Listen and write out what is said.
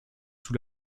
sous